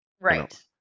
Right